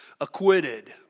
Acquitted